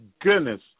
goodness